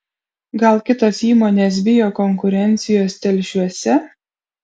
gal kitos įmonės bijo konkurencijos telšiuose